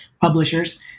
publishers